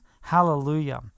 Hallelujah